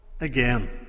again